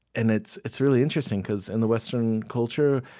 and it's it's really interesting, because in the western culture,